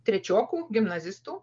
trečiokų gimnazistų